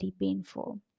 painful